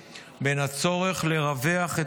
במסגרת האיזונים שעשינו בין הצורך לרווח את